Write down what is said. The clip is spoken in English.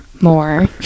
more